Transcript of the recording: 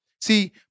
See